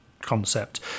concept